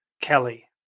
Kelly